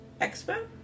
Expo